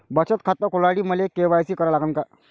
बचत खात खोलासाठी मले के.वाय.सी करा लागन का?